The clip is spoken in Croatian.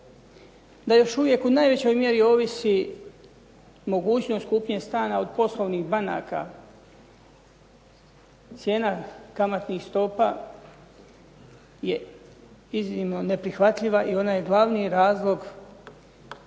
da još uvijek u najvećoj mjeri ovisi mogućnost kupnje stana od poslovnih banaka cijena kamatnih stopa je iznimno neprihvatljiva i ona je glavni razlog slabog